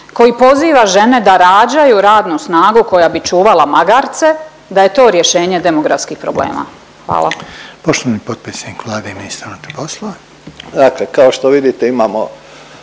koji poziva žene da rađaju radnu snagu koja bi čuvala magarce da je to rješenje demografskih problema. Hvala. **Reiner, Željko (HDZ)** Poštovani